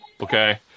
okay